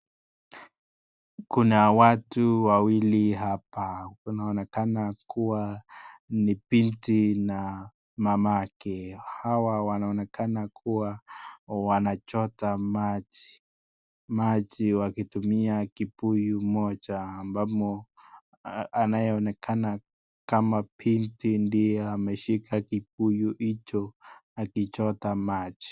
Kuna watu wawili hapa, kunaonekana kuwa ni binti na mamake. Hawa wanaonekana kuwa wanachota maji, maji wakitumia kibuyu moja, ambamo anayeonekana kama binti ndiye ameshika kibuyu hicho akichota maji.